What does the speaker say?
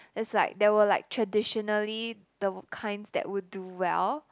it's like there were like traditionally the kinds that will do well